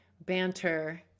banter